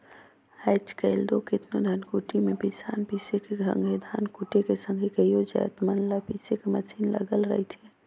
आएज काएल दो केतनो धनकुट्टी में पिसान पीसे कर संघे धान कूटे कर संघे कइयो जाएत मन ल पीसे कर मसीन लगल रहथे